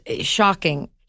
shocking